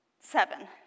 seven